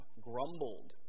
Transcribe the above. grumbled